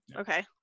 Okay